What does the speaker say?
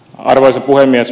arvoisa puhemies